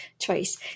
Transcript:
choice